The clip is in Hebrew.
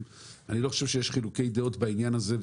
ואני לא חושב שיש חילוקי דעות בעניין הזה.